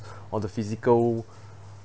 or the physical